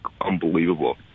unbelievable